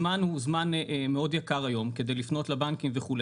הזמן הוא זמן מאוד יקר היום כדי לפנות לבנקים וכו',